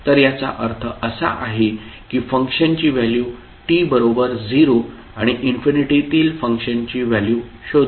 तर याचा अर्थ असा आहे की फंक्शनची व्हॅल्यू t बरोबर 0 आणि इन्फिनिटीतील फंक्शनची व्हॅल्यू शोधू